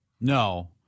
No